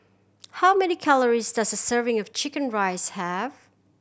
how many calories does a serving of chicken rice have